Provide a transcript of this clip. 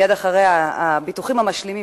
מייד אחריה הביטוחים המשלימים,